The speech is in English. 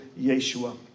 Yeshua